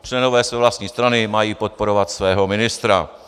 Členové své vlastní strany mají podporovat svého ministra.